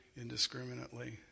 indiscriminately